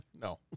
No